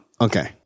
Okay